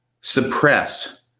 suppress